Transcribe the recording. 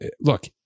look